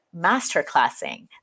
Masterclassing